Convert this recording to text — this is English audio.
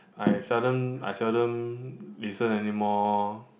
I seldom I seldom listen anymore